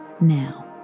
now